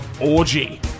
Orgy